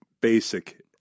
basic